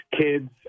kids